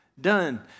done